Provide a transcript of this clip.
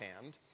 hand